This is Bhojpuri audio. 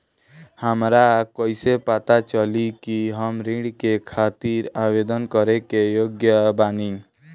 हमरा कइसे पता चली कि हम ऋण के खातिर आवेदन करे के योग्य बानी?